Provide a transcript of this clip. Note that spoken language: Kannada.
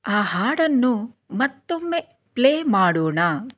ಆ ಹಾಡನ್ನು ಮತ್ತೊಮ್ಮೆ ಪ್ಲೇ ಮಾಡೋಣ